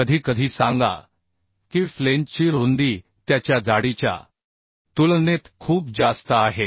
कधीकधी सांगा की फ्लेंजची रुंदी त्याच्या जाडीच्या तुलनेत खूप जास्त आहे